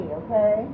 okay